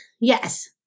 yes